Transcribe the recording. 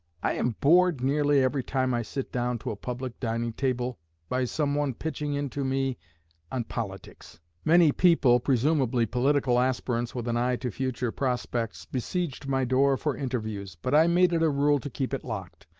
i am bored nearly every time i sit down to a public dining-table by some one pitching into me on politics many people, presumably political aspirants with an eye to future prospects, besieged my door for interviews, but i made it a rule to keep it locked,